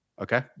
Okay